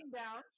down